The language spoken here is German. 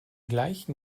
gleichen